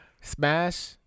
Smash